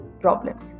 problems